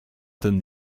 ten